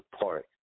park